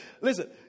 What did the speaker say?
listen